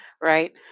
Right